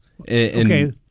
Okay